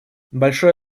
большое